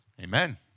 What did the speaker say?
Amen